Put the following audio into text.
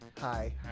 Hi